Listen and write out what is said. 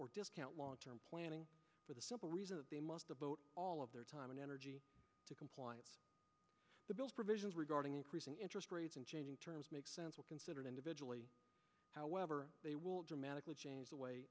or discount long term planning for the simple reason that they must devote all of their time and energy to compliance provisions regarding increasing interest rates and changing terms makes sense were considered individually however they will dramatically change the way